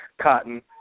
cotton